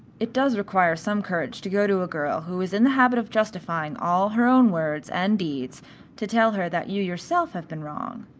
it does require some courage to go to a girl who is in the habit of justifying all her own words and deeds to tell her that you yourself have been wrong.